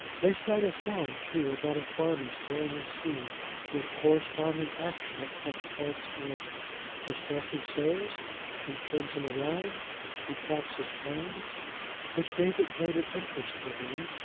they sang a song too, about a farmer sowing his seed with corresponding action at such parts as tis thus he sows he turns him round he claps his hands which gave it greater interest for them,